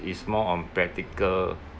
is more on practical